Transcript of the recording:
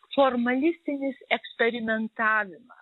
formalistinis eksperimentavimas